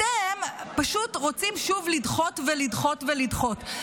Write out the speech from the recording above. אתם פשוט רוצים שוב לדחות ולדחות ולדחות.